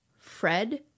Fred